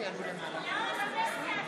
אני חוזרת: